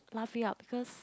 laugh it out because